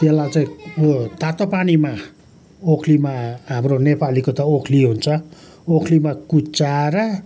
त्यसलाई चाहिँ ऊ तातो पानीमा ओखलीमा हाम्रो नेपालीको त ओखली हुन्छ ओखलीमा कुच्चाएर